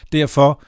Derfor